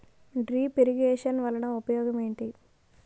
drip irrigation వలన ఉపయోగం ఏంటి